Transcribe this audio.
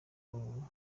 uru